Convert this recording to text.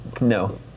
No